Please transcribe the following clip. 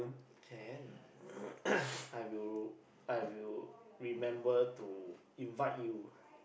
can I will I will remember to invite you